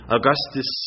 Augustus